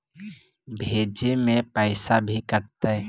भेजे में पैसा भी कटतै?